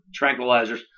Tranquilizers